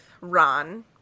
ron